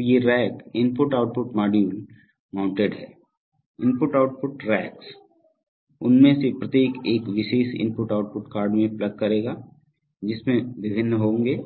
तो ये rack I0 module mounted हैं IO रैक उनमें से प्रत्येक एक विशेष IO कार्ड में प्लग करेगा जिसमें विभिन्न होंगे